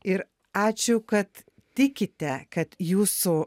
ir ačiū kad tikite kad jūsų